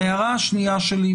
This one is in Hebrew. ההערה השנייה שלי,